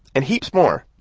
and heaps more.